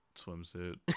swimsuit